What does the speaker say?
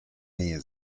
nähe